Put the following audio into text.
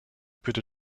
bitte